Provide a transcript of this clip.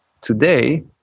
today